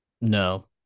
No